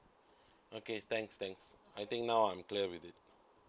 okay thanks thanks I think now I'm clear with it